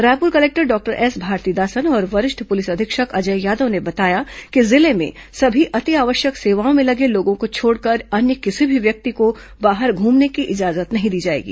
Raipur collector doctor S Bharathidasan और वरिष्ठ police अधीक्षक अजय यादव ने बताया कि जिले में सभी अतिआवश्यक सेवाओं में लगे लोगों को छोड़कर अन्य किसी भी व्यक्ति को बाहर घूमने की इजाजत नहीं दी जाएगी